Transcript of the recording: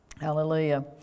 Hallelujah